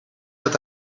dat